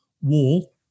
wall